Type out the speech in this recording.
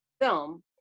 film